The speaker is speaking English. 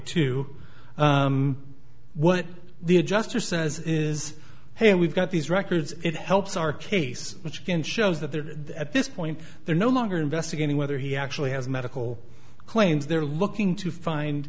two what the adjuster says is hey we've got these records it helps our case which again shows that the at this point they're no longer investigating whether he actually has medical claims they're looking to find